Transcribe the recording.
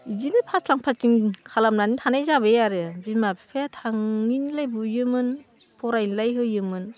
बिदिनो फास्लां फास्लिं खालामनानै थानाय जाबाय आरो बिमा बिफाया थाङिनिलाय बुयोमोन फरायनोलाय होयोमोन